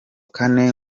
kane